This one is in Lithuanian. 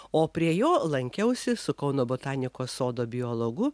o prie jo lankiausi su kauno botanikos sodo biologu